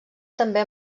també